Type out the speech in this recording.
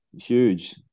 huge